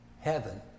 Heaven